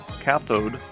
Cathode